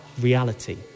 reality